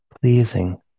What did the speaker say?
pleasing